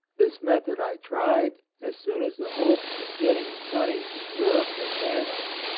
this method i tried, as soon as the hopes of getting money from eu rope had vanished.